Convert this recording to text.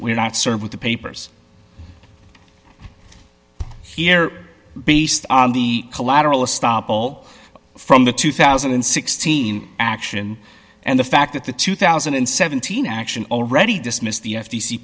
we're not served with the papers here based on the collateral estoppel from the two thousand and sixteen action and the fact that the two thousand and seventeen action already dismissed the f